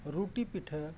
ᱨᱩᱴᱤ ᱯᱤᱴᱷᱟᱹ